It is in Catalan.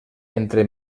entre